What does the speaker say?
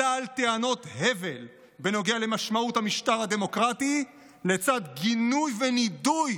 שלל טענות הבל בנוגע למשמעות המשטר הדמוקרטי לצד גינוי ונידוי